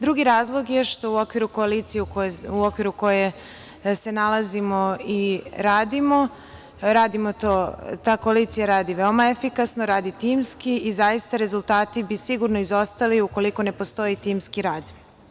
Drugi razlog je što u okviru koalicije u kojoj se nalazimo i radimo, ta koalicija radi veoma efikasno, timski i zaista rezultati bi sigurno izostali ukoliko ne postoji timski rad.